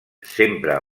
sempre